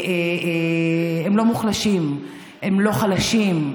הם לא מוחלשים, הם לא חלשים,